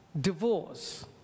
divorce